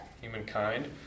humankind